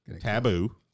Taboo